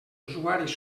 usuaris